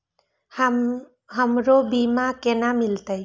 हमरो बीमा केना मिलते?